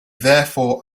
therefore